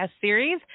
series